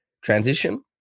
transition